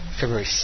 February